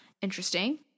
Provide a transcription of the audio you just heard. interesting